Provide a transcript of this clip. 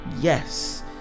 Yes